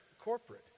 corporate